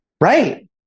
Right